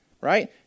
right